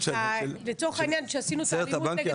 לצורך העניין, כשעשינו את --- זה היה.